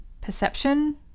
perception